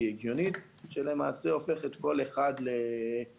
הגיונית ולמעשה היא הופכת כל אחד לאלוהים.